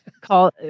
call